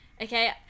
Okay